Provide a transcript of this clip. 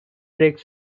brake